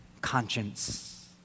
conscience